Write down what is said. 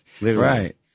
Right